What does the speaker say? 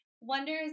wonders